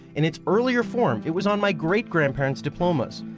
and it's earlier form it was on my great grandparents' diplomas.